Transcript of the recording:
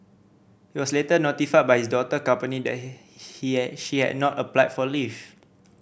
he was later notified by his daughter company that he he had she had not applied for leave